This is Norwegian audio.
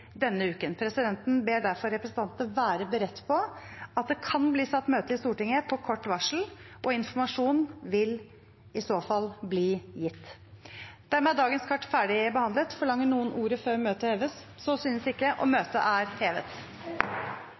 denne uken. Presidenten ber derfor representantene være beredt på at det kan bli satt møte i Stortinget på kort varsel. Informasjon vil i så fall bli gitt. Dermed er dagens kart ferdig behandlet. Forlanger noen ordet før møtet heves? – Møtet er hevet.